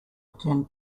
tend